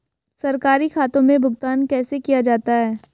सरकारी खातों में भुगतान कैसे किया जाता है?